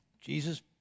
Jesus